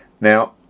Now